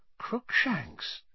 Crookshanks